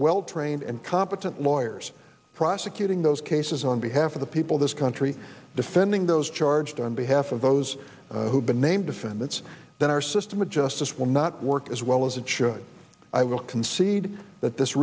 well trained and competent lawyers prosecuting those cases on behalf of the people of this country defending those charged on behalf of those who've been named defendants then our system of justice will not work as well as it should i will concede that this